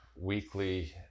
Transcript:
weekly